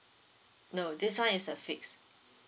no this one is a fixed